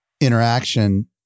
interaction